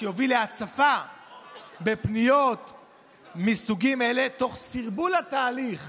שיוביל להצפה בפניות מסוגים אלה תוך סרבול התהליך